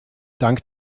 dank